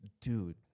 dude